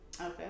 Okay